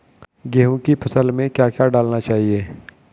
गेहूँ की फसल में क्या क्या डालना चाहिए?